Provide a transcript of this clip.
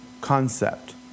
concept